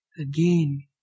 again